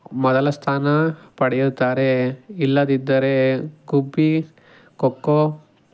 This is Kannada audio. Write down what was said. ಮೊದಲ ಸ್ಥಾನ ಪಡೆಯುತ್ತಾರೆ ಇಲ್ಲದಿದ್ದರೆ ಗುಬ್ಬಿ ಖೋ ಖೋ